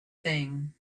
thing